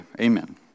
Amen